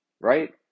Right